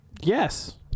Yes